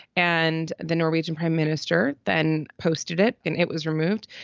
and the norwegian prime minister then posted it. and it was removed.